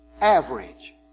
Average